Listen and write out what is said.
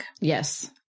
Yes